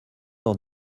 dans